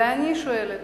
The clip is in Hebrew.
ואני שואלת,